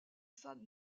femmes